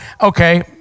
Okay